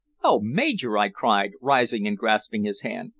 oh, major! i cried, rising and grasping his hand.